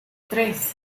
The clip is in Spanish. tres